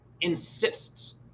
insists